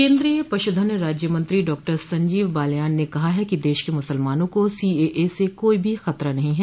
केन्द्रीय पशुधन राज्य मंत्री डॉक्टर संजीव बालयान ने कहा है कि देश के मुसलमानों को सीएए से कोई भी खतरा नहीं है